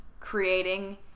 Creating